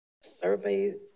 survey